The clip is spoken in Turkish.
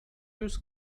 yüz